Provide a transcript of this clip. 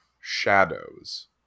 shadows